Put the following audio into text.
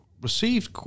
received